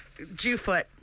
Jewfoot